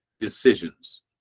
decisions